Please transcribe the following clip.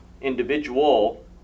individual